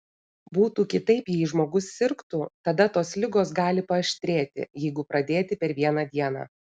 būtų kitaip jei žmogus sirgtų tada tos ligos gali paaštrėti jeigu pradėti per vieną dieną